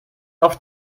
auf